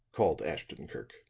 called ashton-kirk.